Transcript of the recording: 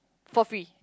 for free